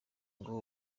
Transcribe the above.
ngo